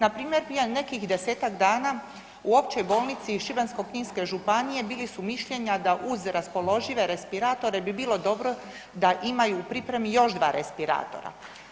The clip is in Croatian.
Na primjer, prije nekih desetak dana u Općoj bolnici Šibensko-kninske županije bili su mišljenja da uz raspoložive respiratore bi bilo dobro da imaju u pripremi još dva respiratora.